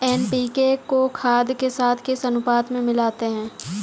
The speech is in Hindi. एन.पी.के को खाद के साथ किस अनुपात में मिलाते हैं?